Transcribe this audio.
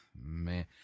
Man